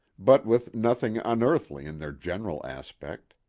but with nothing unearthly in their general aspect.